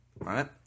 right